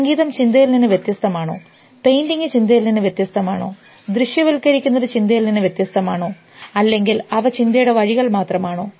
സംഗീതം ചിന്തയിൽ നിന്ന് വ്യത്യസ്തമാണോ പെയിന്റിംഗ് ചിന്തയിൽ നിന്ന് വ്യത്യസ്തമാണോ ദൃശ്യവൽക്കരിക്കുന്നത് ചിന്തയിൽ നിന്ന് വ്യത്യസ്തമാണോ അല്ലെങ്കിൽ അവ ചിന്തയുടെ വഴികൾ മാത്രമാണോ